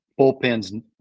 Bullpens